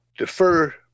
defer